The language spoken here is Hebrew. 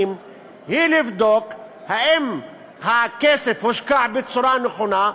היא לבדוק אם הכסף הושקע בצורה נכונה,